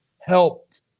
helped